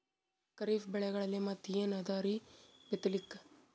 ಖರೀಫ್ ಬೆಳೆಗಳಲ್ಲಿ ಮತ್ ಏನ್ ಅದರೀ ಬಿತ್ತಲಿಕ್?